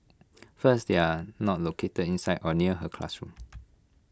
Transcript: first they are not located inside or near her classroom